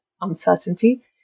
uncertainty